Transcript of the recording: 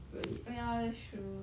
really oh ya that's true